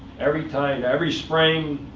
every time, every spring,